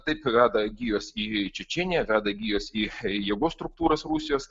taip veda gijos į čečėniją veda gijos į į jėgos struktūras rusijos